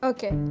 Okay